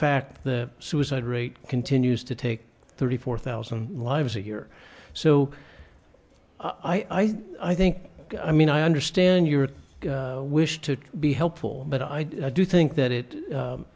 fact the suicide rate continues to take thirty four thousand lives a year so i i think i mean i understand your wish to be helpful but i do think that it